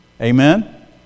Amen